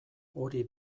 hori